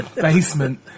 basement